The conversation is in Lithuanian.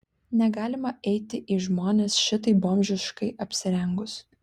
negalima eiti į žmones šitaip bomžiškai apsirengus